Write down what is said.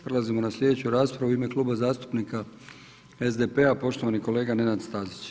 Prelazimo na slijedeću raspravu u ime Kluba zastupnika SDP-a, poštovani kolega Nenad Stazić.